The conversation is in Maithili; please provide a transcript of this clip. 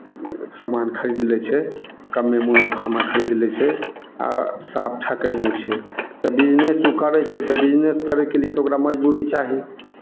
सामान खरीद लै छै कम्मे मुनाफामे खरीद लै छै आ साफ ठकै नहि छै तऽ बिजनेस ओ करै छै तऽ बिजनेस करयके लिए तऽ ओकरा मजदूरी चाही